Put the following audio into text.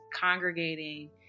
congregating